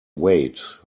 weight